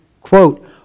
Quote